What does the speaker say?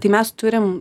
tai mes turim